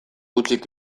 hutsik